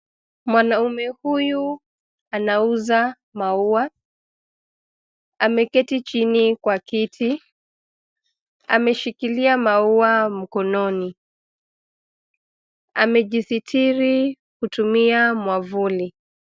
Mwanaume huyu anauza maua. Ameketi chini kwa kiti. Ameshikilia maua mkononi. Amejisitiri kutumia mwavuli.